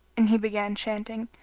and he began chanting,